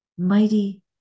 mighty